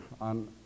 on